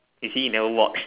you see you never watch